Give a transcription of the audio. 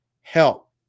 help